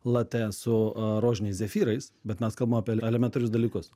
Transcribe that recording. late su a rožiniais zefyrais bet mes kalbam apie elementarius dalykus